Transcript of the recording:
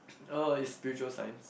oh it's spiritual science